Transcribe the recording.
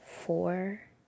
four